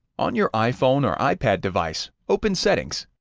on your iphone or ipad device, open settings,